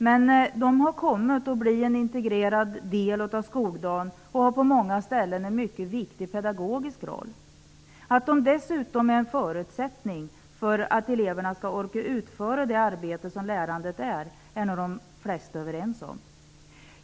Men de har kommit att bli en integrerad del av skoldagen, och de har på många ställen en mycket viktig pedagogisk roll. Att de dessutom är en förutsättning för att eleverna skall orka utföra det arbete som lärandet innebär är nog de flesta överens om.